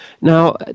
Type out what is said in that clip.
Now